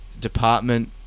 department